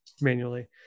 manually